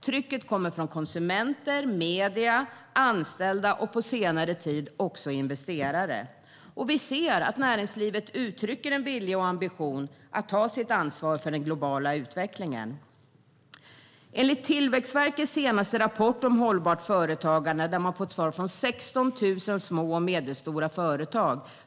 Trycket kommer från konsumenter, medier, anställda och på senare tid också investerare. Vi ser att näringslivet uttrycker en vilja och ambition att ta sitt ansvar för den globala utvecklingen. Enligt Tillväxtverkets senaste rapport om hållbart företagande har man fått svar från 16 000 små och medelstora företag.